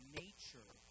nature